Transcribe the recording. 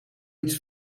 iets